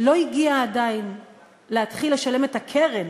לא הגיעה עדיין להתחיל לשלם את הקרן